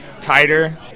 tighter